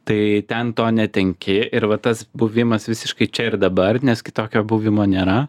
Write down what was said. tai ten to netenki ir va tas buvimas visiškai čia ir dabar nes kitokio buvimo nėra